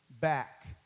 back